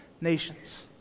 nations